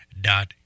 dot